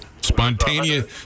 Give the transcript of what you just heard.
Spontaneous